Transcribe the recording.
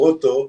גרוטו,